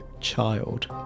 child